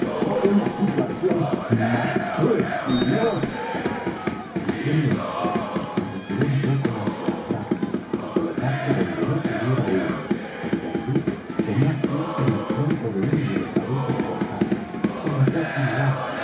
por una situación más que espinosa diciendo esto se retiró un poco hacia atrás hasta colocarse donde no pudiera oirnos y allí tomó asiento en el tronco de uno de los abetos cortados y comenzó á silbar